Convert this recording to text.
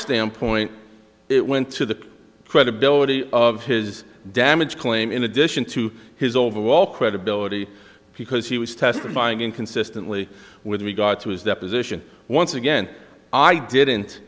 standpoint it went to the credibility of his damage claim in addition to his overall credibility because he was testifying inconsistently with regard to his deposition once again i didn't